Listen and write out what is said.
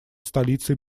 столицей